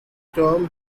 term